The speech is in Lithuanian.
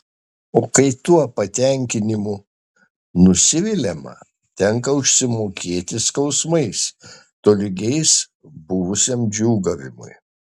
o kai tuo patenkinimu nusiviliama tenką užsimokėti skausmais tolygiais buvusiam džiūgavimui